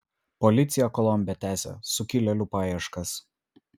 policija kolombe tęsia sukilėlių paieškas